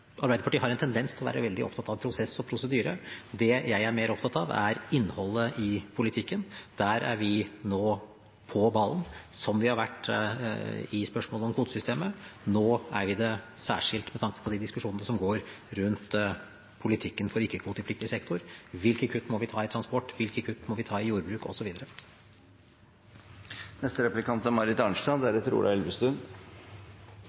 Arbeiderpartiet har en tendens til å være veldig opptatt av prosess og prosedyre. Det jeg er mer opptatt av, er innholdet i politikken. Der er vi nå på ballen, som vi har vært i spørsmålet om kvotesystemet. Nå er vi det særskilt med tanke på de diskusjonene som går rundt politikken for ikke-kvotepliktig sektor – hvilke kutt må vi ta i transport, hvilke kutt må vi ta i jordbruk osv. I fjor sommer la Miljødirektoratet og